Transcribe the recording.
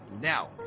now